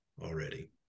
already